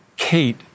Kate